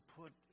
put